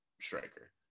striker